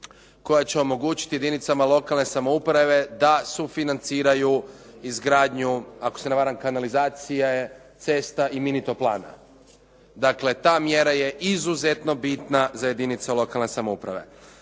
koja će omogućiti jedinicama lokalne samouprave da sufinanciraju izgradnju ako se ne varam kanalizacije, cesta i mini toplana. Dakle, ta mjera je izuzetno bitna za jedinice lokalne samouprave.